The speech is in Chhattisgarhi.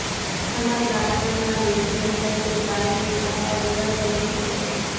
हमर गाय मन ह देशी नसल के गाय हे जादा गोरस घलोक नइ देवय